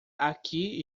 aqui